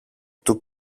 του